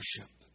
worship